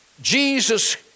Jesus